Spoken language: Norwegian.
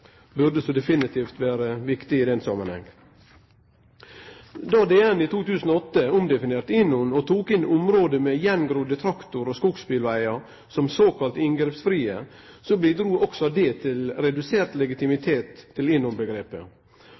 burde definitivt vere viktig i den samanhengen. Då ein igjen, i 2008, omdefinerte INON og tok inn område med attgrodde traktor- og skogsbilvegar som såkalla inngrepsfrie, bidrog også det til redusert legitimitet